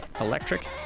electric